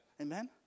Amen